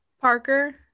Parker